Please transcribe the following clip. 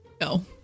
No